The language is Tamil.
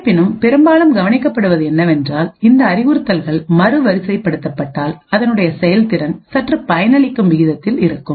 இருப்பினும் பெரும்பாலும் கவனிக்கப்படுவது என்னவென்றால் இந்த அறிவுறுத்தல்கள் மறுவரிசைப்படுத்தப்பட்டால் அதனுடைய செயல்திறன்சற்று பயனளிக்கும் விதத்தில் இருக்கும்